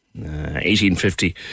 1850